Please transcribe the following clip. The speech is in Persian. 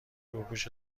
روپوش